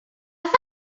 fath